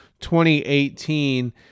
2018